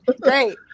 Great